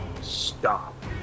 Stop